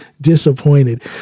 disappointed